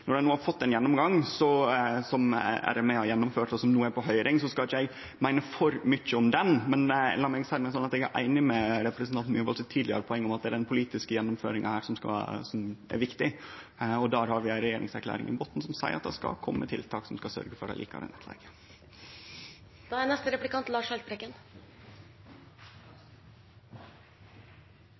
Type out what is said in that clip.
Ein har no fått ein gjennomgang, som RME har gjennomført, og som no er på høyring, og eg skal ikkje meine for mykje om den. Men la meg seie det sånn at eg er einig med representanten i hans tidlegare poeng om at det er den politiske gjennomføringa her som er viktig, og der har vi ei regjeringserklæring i botnen som seier at det skal kome tiltak som skal sørgje for ei likare